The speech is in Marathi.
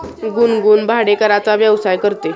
गुनगुन भाडेकराराचा व्यवसाय करते